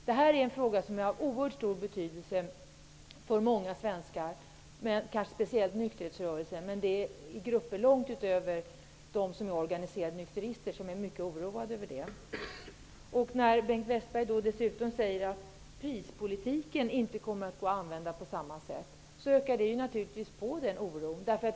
Den här frågan är av oerhört stor betydelse för många svenskar, kanske speciellt i nykterhetsrörelsen, men även i andra grupper än de organiserade nykteristerna är man mycket oroad över det. När Bengt Westerberg dessutom säger att prispolitiken inte kommer att kunna användas på samma sätt ökar naturligtvis den oron.